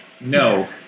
No